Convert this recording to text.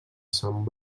sant